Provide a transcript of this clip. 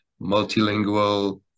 multilingual